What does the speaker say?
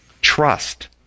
trust